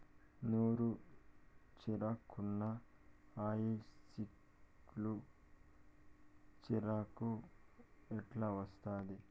నూరు చీరకున్న హాయి సిల్కు చీరకు ఎట్టా వస్తాది